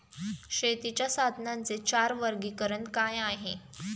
शेतीच्या साधनांचे चार वर्गीकरण काय आहे?